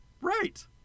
Right